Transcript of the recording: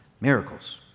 miracles